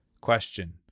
Question